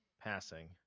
passing